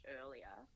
earlier